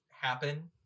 happen